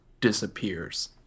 disappears